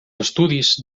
estudis